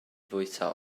fwyta